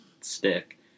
stick